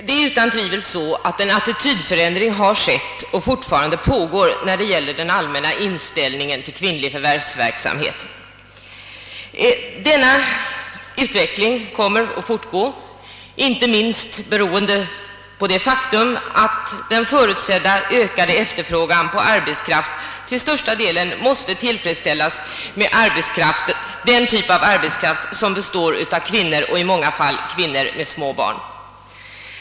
Herr talman! En attitydförändring har utan tvivel ägt rum och pågår fortfarande beträffande den allmänna inställningen till kvinnlig förvärvsverksamhet: Denna utveckling kommer att fortsätta, inte minst beroende på det faktum att den förutsedda ökade efterfrågan på arbetskraft till största delen måste tillfredsställas: med "den typ av arbetskraft som: består av kvinnor och i: många fall. äv kvinnor med små barn.